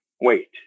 wait